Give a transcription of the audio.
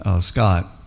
Scott